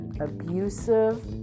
abusive